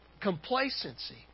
complacency